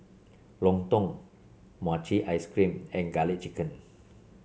lontong Mochi Ice Cream and garlic chicken